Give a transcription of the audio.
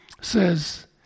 says